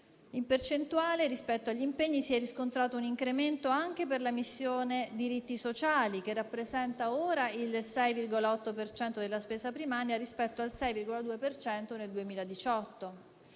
In percentuale, rispetto agli impegni, si è riscontrato un incremento anche per la missione «diritti sociali», che rappresenta ora il 6,8 per cento della spesa primaria, rispetto al 6,2 del 2018.